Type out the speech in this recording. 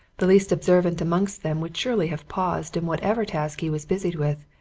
the least observant amongst them would surely have paused in whatever task he was busied with,